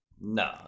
No